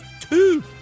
two